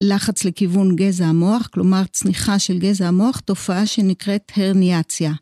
לחץ לכיוון גזע המוח, כלומר צניחה של גזע המוח, תופעה שנקראת הרניאציה.